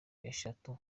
eshatu